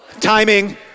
Timing